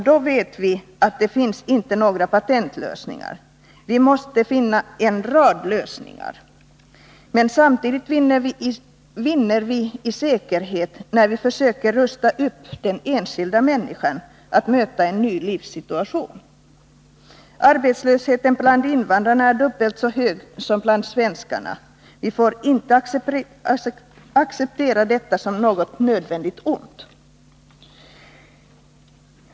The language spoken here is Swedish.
Då vet vi att det inte finns några patentlösningar — vi måste finna en rad lösningar. Men samtidigt vinner vi i säkerhet, när vi försöker rusta den enskilda människan att möta en ny livssituation. Arbetslösheten bland invandrarna är dubbelt så hög som bland svenskarna. Vi får inte acceptera detta som något nödvändigt ont.